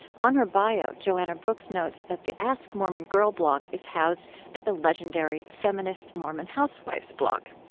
on her bio, joanna brooks notes that the ask mormon girl blog is housed at the legendary feminist mormon housewives blog.